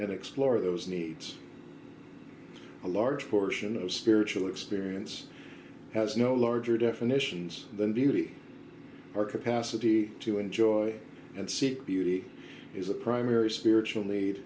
and explore those needs a large portion of spiritual experience has no larger definitions than beauty our capacity to enjoy and seek beauty is the primary spiritual need